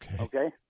Okay